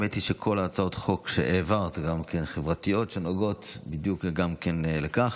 האמת היא שכל הצעות החוק שהעברת הן חברתיות שנוגעות גם כן לכך.